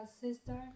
sister